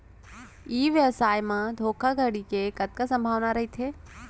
ई व्यवसाय म धोका धड़ी के कतका संभावना रहिथे?